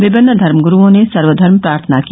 विमिन्न धर्मगुरुओं ने सर्वधर्म प्रार्थना की